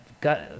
got